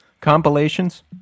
compilations